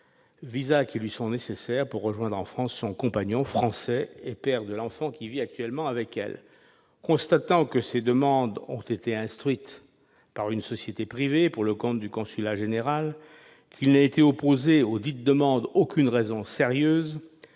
visas qui lui sont nécessaires pour rejoindre en France son compagnon, français et père de l'enfant qui vit actuellement avec elle. Constatant que ces demandes ont été instruites par une société privée pour le compte du consulat général, qu'il n'a été opposé auxdites demandes aucune raison sérieuse,